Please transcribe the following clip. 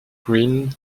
green